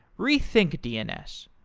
rethink dns,